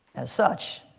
as such.